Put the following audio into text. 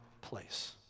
place